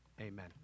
Amen